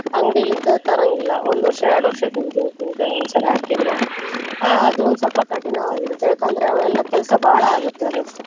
ಅಂಗ್ಡಿಲಿಂದ ತರೋಂಗಿಲ್ಲ ಒಂದು ವರ್ಷ ಎರಡು ವರ್ಷ ತಿಂತೀವಿ ಉಪ್ಪಿನ್ಕಾಯಿ ಒಂದು ಸರೆ ಹಾಕಿದ್ರೆ ಅದು ಒಂದು ಸ್ವಲ್ಪ ಕಠಿಣವಾಗಿರುತ್ತೆ ಯಾಕಂದರೆ ಅವೆಲ್ಲ ಕೆಲಸ ಭಾಳ ಆಗುತ್ತೆ ಅದು